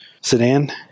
sedan